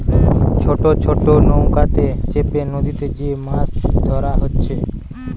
ছোট ছোট নৌকাতে চেপে নদীতে যে মাছ ধোরা হচ্ছে